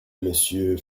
monsieur